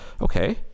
Okay